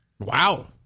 Wow